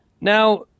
Now